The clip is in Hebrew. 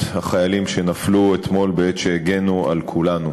החיילים שנפלו אתמול בעת שהגנו על כולנו.